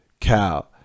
cow